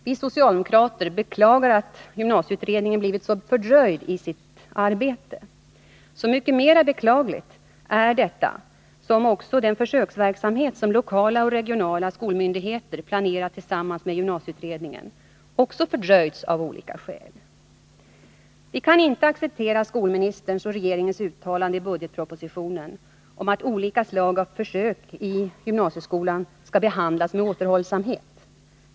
Vi socialdemokrater beklagar att gymnasieutredningen blivit så fördröjd i sitt arbete. Så mycket mera beklagligt är detta som även den försöksverksamhet som lokala och regionala skolmyndigheter planerat tillsammans med gymnasieutredningen också fördröjts av olika skäl. Vi kan inte acceptera skolministerns och regeringens uttalande i budgetpropositionen om att olika slag av försök i gymnasieskolan skall behandlas med återhållsamhet.